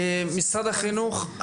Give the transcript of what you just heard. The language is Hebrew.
משרד החינוך,